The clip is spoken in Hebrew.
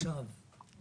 בחלוקה האחרונה,